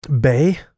Bay